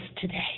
today